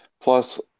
Plus